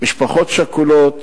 משפחות שכולות.